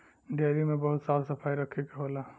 dairy में बहुत साफ सफाई रखे के होला